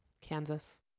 Kansas